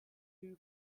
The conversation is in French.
plus